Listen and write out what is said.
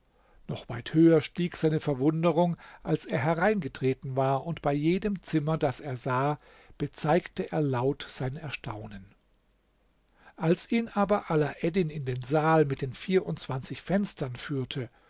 noch weit höher stieg seine verwunderung als er hereingetreten war und bei jedem zimmer das er sah bezeigte er laut sein erstaunen als ihn aber alaeddin in den saal mit den vierundzwanzig fenstern führte